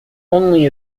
only